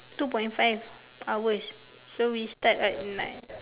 two point five hours so we start at nine